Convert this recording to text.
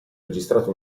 registrato